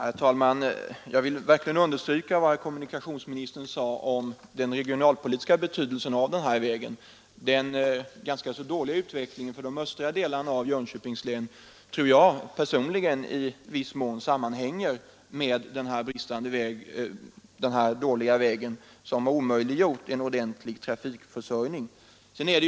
Herr talman! Jag vill understryka vad kommunikationsministern sade om denna vägs regionalpolitiska betydelse. Den ganska dåliga utvecklingen för de östra delarna av Jönköpings län tror jag personligen i viss mån sammanhänger med den dåliga vägen, som har omöjliggjort en ordentlig trafikförsörjning.